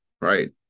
Right